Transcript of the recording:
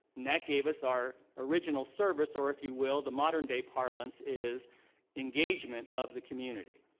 and that gave us our original service or, if you will, the modern day parlance is engagement of the community.